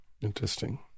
Interesting